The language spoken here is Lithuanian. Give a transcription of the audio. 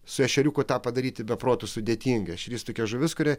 su ešeriukų tą padaryti be proto sudėtinga išvis tokia žuvis kuri